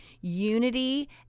unity